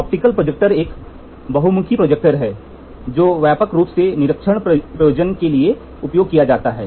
optical projector एक बहुमुखी projector है जो व्यापक रूप से निरीक्षण प्रयोजन के लिए उपयोग किया जाता है